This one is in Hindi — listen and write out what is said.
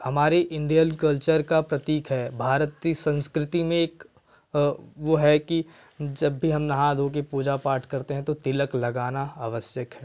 हमारे इंडियन कल्चर का प्रतीक है भारतीय संस्कृति में एक वह है कि जब भी हम नहा धोकर पूजा पाठ करते हैं तो तिलक लगाना आवश्यक है